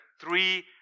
three